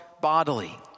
bodily